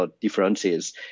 differences